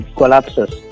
collapses